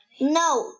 No